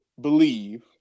believe